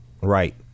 right